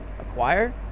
acquire